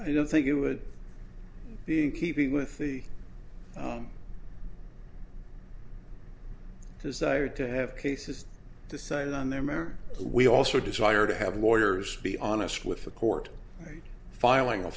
i don't think it would be in keeping with the desire to have cases decided on their merit we also desire to have lawyers be honest with the court filing a